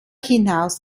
hinaus